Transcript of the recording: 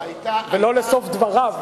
ולא לסוף דבריו.